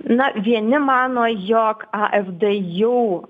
na vieni mano jog a ef d jau